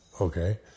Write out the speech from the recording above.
okay